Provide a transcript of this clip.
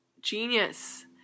Genius